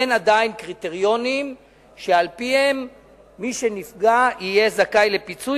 אין עדיין קריטריונים שעל-פיהם מי שנפגע יהיה זכאי לפיצוי,